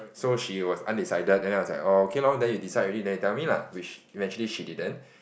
so she was undecided then I was like oh okay lor then you decide already then you tell me lah which eventually she didn't